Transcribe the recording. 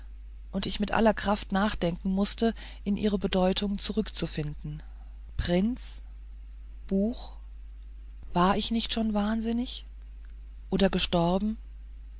und ich mit aller kraft nachdenken mußte in ihre bedeutung zurückzufinden prinz buch war ich nicht schon wahnsinnig oder gestorben